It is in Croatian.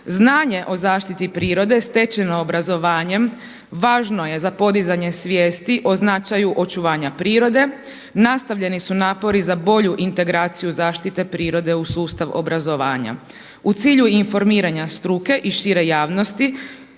Znanje o zaštiti prirode stečeno obrazovanjem važno je za podizanje svijesti o značaju očuvanja prirode, nastavljeni su napori za boru integraciju zaštite prirode u sustav obrazovanja. U cilju informiranja struke i šire javnosti